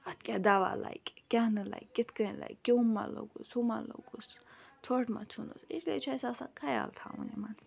اَتھ کیٛاہ دَوا لَگہِ کیٛاہ نہٕ لَگہِ کِتھ کٕنۍ لَگہِ کیوٚم مہ لوٚگُس ہُہ مہ لوٚگُس ژھۄٹھ مہ ژھٕنُس اِسلیے چھِ اَسہِ آسان خیال تھاوُن یِمَن